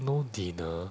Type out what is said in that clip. no dinner